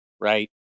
right